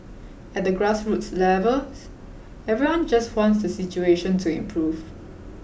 at the grassroots levels everyone just wants the situation to improve